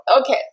Okay